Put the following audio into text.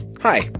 Hi